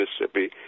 Mississippi